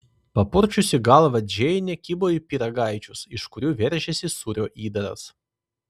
papurčiusi galvą džeinė kibo į pyragaičius iš kurių veržėsi sūrio įdaras